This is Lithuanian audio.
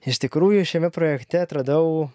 iš tikrųjų šiame projekte atradau